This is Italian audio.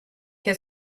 che